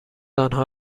آنها